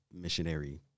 missionary